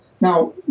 Now